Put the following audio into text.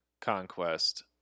conquest